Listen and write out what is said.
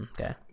Okay